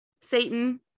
Satan